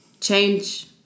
change